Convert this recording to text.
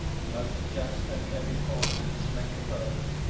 most just and heavy causes make oppose.